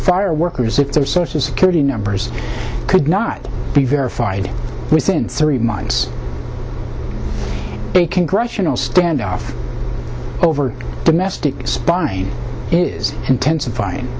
fire workers if their social security numbers could not be verified within three months a congressional standoff over domestic spying